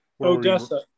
odessa